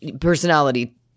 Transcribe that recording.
personality